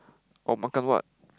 or makan what